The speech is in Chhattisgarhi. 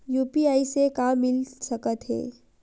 यू.पी.आई से का मिल सकत हे?